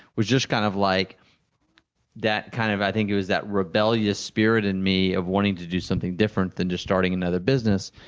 was just kind of like kind of, i think it was that rebellious spirit in me of wanting to do something different than just starting another business.